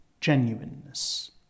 genuineness